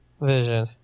Vision